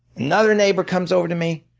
another neighbor comes over to me.